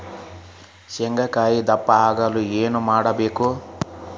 ಶೇಂಗಾಕಾಯಿ ದಪ್ಪ ಆಗಲು ಏನು ಮಾಡಬೇಕು?